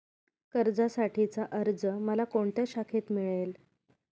कर्जासाठीचा अर्ज मला कोणत्या शाखेत मिळेल?